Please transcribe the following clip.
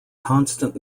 constant